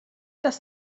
das